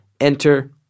Enter